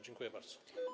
Dziękuję bardzo.